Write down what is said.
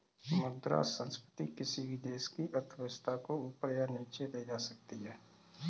मुद्रा संस्फिति किसी भी देश की अर्थव्यवस्था को ऊपर या नीचे ले जा सकती है